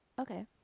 Okay